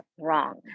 wrong